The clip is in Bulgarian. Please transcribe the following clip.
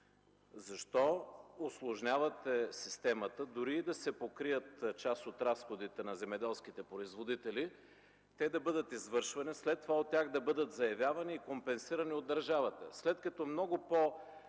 Защо усложнявате системата? Дори да се покрият част от разходите на земеделските производители, те да бъдат извършвани, след това да бъдат заявявани от тях и компенсирани от държавата,